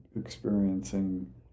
experiencing